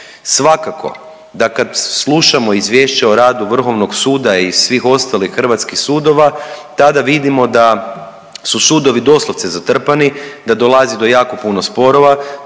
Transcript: Svakako da kad slušamo izvješća o radu vrhovnog suda i svih ostalih hrvatskih sudova tada vidimo da su sudovi doslovce zatrpani, da dolazi do jako puno sporova,